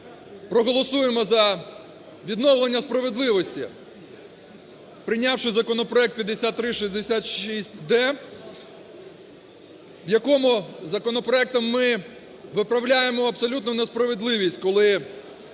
проголосуємо за відновлення справедливості, прийнявши законопроект 5366-д, в якому… Законопроектом ми виправляємо абсолютну несправедливість, коли